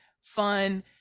fun